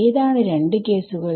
ഏതാണ് രണ്ട് കേസുകൾ